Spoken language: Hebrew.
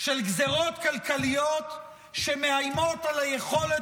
של גזרות כלכליות שמאיימות על היכולת